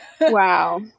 Wow